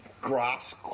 Grass